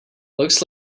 looks